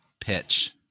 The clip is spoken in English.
pitch